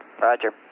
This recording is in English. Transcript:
Roger